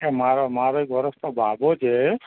કે માર મારે એક વરસનો બાબો છે